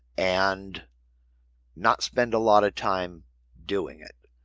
and not spend a lot of time doing it.